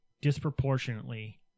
disproportionately